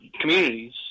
communities